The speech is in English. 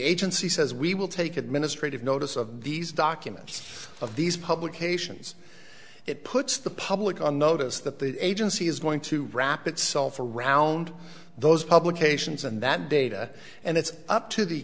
agency says we will take administrative notice of these documents of these publications it puts the public on notice that the agency is going to wrap itself around those publications and that data and it's up to the